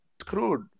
screwed